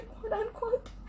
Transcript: quote-unquote